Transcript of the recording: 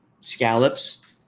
scallops